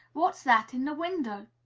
what's that in the window?